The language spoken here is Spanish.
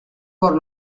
por